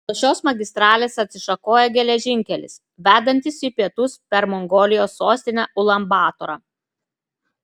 nuo šios magistralės atsišakoja geležinkelis vedantis į pietus per mongolijos sostinę ulan batorą